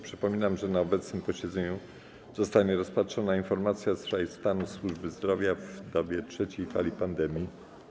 Przypominam, że na obecnym posiedzeniu zostanie rozpatrzona informacja w sprawie stanu służby zdrowia w dobie trzeciej fali pandemii.